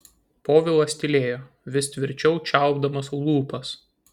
povilas tylėjo vis tvirčiau čiaupdamas lūpas